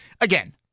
again